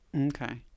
Okay